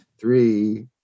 three